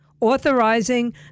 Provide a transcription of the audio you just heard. authorizing